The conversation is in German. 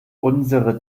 unsere